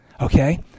Okay